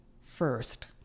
first